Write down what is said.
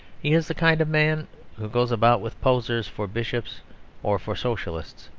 he is the kind of man who goes about with posers for bishops or for socialists,